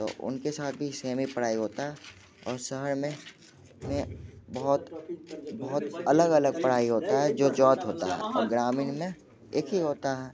तो उनके साथ भी सेम ही पढ़ाई होता है और शहर में में बहुत बहुत अलग अलग पढ़ाई होता है जो जौथ होता है और ग्रामीण में एक ही होता है